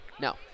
no